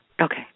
Okay